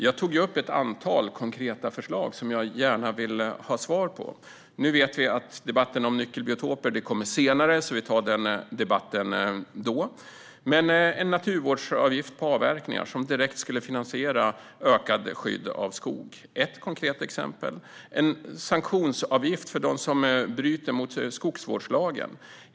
Jag tog upp ett antal konkreta förslag som jag gärna vill ha svar på. Nu vet vi att debatten om nyckelbiotoper kommer senare, så vi tar den då. Men en naturvårdsavgift på avverkningar, som direkt skulle finansiera ökat skydd av skog, är ett konkret exempel. En sanktionsavgift för dem som bryter mot skogsvårdslagen är ett annat.